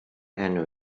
enw